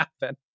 happen